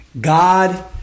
God